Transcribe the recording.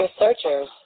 researchers